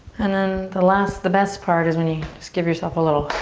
and then the last, the best part is when you just give yourself a little